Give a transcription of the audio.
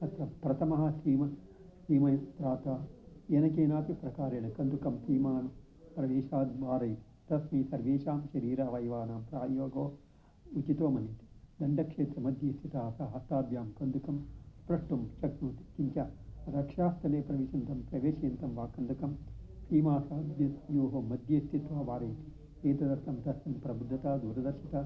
अत्र प्रथमः सीमः सीमः इत्यतः येनकेनापि प्रकारेण कन्दुकं सीमा प्रवेशाद्वारय् तस्मिन् सर्वेषां शरीर अवयवानां कार्यः उचितो मन्ये दण्डक्षेत्रमध्ये